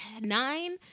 nine